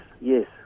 yes